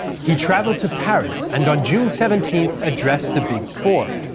he travelled to paris and on june seventeenth addressed the big four,